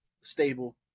stable